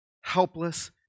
helpless